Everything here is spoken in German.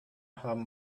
haben